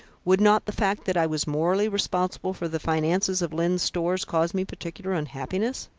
would not the fact that i was morally responsible for the finances of lyne's stores cause me particular unhappiness?